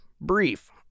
brief